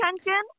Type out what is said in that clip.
attention